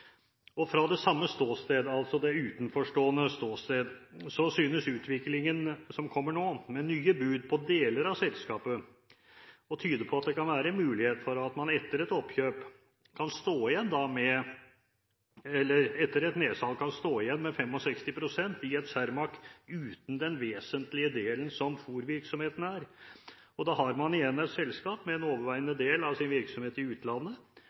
Og fra det samme ståsted, altså det utenforstående ståsted, synes utviklingen som kommer nå, med nye bud på deler av selskapet, å tyde på at det kan være mulighet for at man etter et oppkjøp, eller etter et nedsalg, kan stå igjen med 65 pst. i et Cermaq uten den vesentlige delen som fôrvirksomheten er, og da har man igjen et selskap med en overveiende del av sin virksomhet i utlandet